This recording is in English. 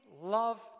love